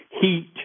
heat